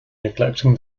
neglecting